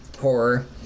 horror